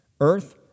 earth